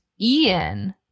Ian